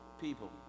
people